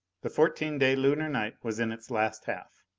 the fourteen day lunar night was in its last half.